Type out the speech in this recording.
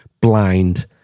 blind